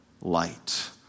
light